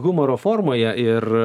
humoro formoje ir